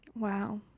Wow